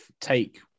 take